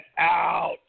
out